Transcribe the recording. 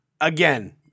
Again